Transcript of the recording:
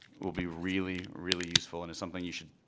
will be really, really useful. and it's something you should,